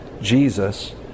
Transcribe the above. Jesus